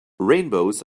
rainbows